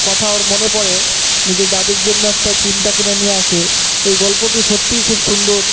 কথা ওর মনে পড়ে নিজের দাদির জন্য একটা চিমটা কিনে নিয়ে আসে এই গল্পটি সত্যিই খুব সুন্দর